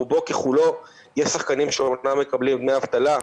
רובו ככולו יש שחקנים שאומנם מקבלים דמי אבטלה,